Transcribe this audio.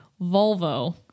Volvo